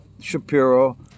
Shapiro